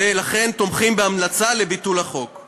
ולכן תומכים בהמלצה לבטל את החוק.